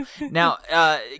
Now